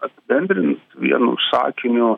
apibendrint vienu sakiniu